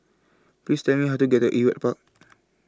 Please Tell Me How to get to Ewart Park